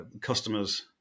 customers